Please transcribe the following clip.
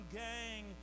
gang